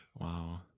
wow